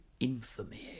Infamy